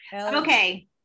Okay